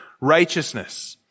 righteousness